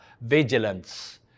vigilance